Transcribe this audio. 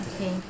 Okay